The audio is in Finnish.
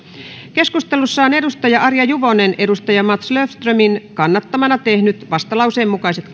keskustelussa on arja juvonen mats löfströmin kannattamana tehnyt vastalauseen mukaiset